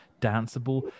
danceable